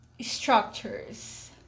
structures